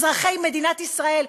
אזרחי מדינת ישראל,